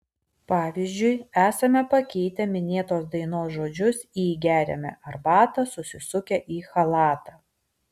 pavyzdžiui esame pakeitę minėtos dainos žodžius į geriame arbatą susisukę į chalatą